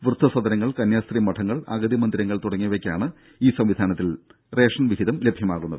വൃദ്ധ സദനങ്ങൾ കന്യാസ്ത്രീ മഠങ്ങൾ അഗതി മന്ദിരം തുടങ്ങിയവയ്ക്കാണ് ഈ സംവിധാനത്തിൽ റേഷൻ വിഹിതം ലഭ്യമാക്കുന്നത്